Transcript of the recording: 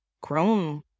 grown